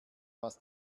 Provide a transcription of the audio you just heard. was